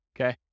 okay